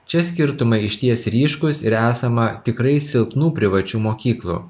čia skirtumai išties ryškūs ir esama tikrai silpnų privačių mokyklų